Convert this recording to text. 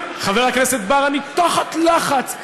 חבר הכנסת בר, אני תחת לחץ.